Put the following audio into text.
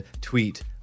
tweet